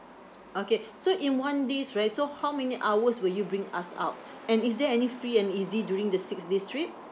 okay so in one days right so how many hours will you bring us out and is there any free and easy during the six days trip